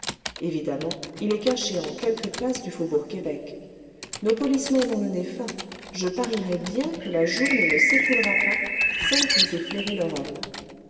évidemment il est caché en quelque place du faubourg québec nos policemen ont le nez fin je parierais bien que la journée ne s'écoulera pas sans qu'ils aient flairé leur homme